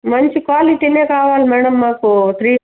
మంచి క్వాలిటీనే కావాలి మేడం మాకు త్రీ